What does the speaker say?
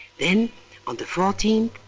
then on the fourteenth,